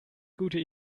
gute